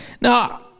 Now